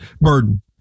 burden